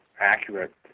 accurate